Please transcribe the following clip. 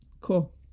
cool